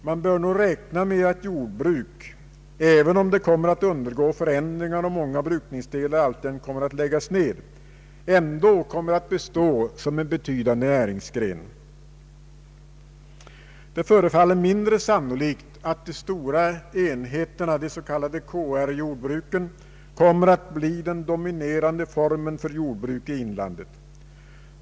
Man bör nog räkna med att jordbruket, även om det kommer att undergå förändringar och många brukningsdelar alltjämt kommer att läggas ned, ändå kommer att bestå som en betydande näringsgren. Det förefaller mindre sannolikt att de stora enheterna, de s.k. KR-jordbruken, kommer att bli den dominerande formen för jordbruk i inlandet.